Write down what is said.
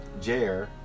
Jair